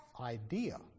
idea